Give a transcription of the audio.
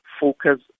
focus